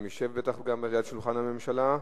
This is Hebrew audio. הוא גם ישב בטח ליד שולחן הממשלה.